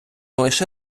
лише